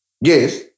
Yes